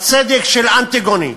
הצדק של אנטיגונה.